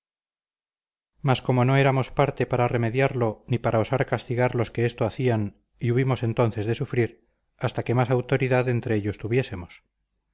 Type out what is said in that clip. mas como no éramos parte para remediarlo ni para osar castigar los que esto hacían y hubimos por entonces de sufrir hasta que más autoridad entre ellos tuviésemos